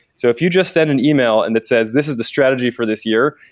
so if you just send an email and that says, this is the strategy for this year.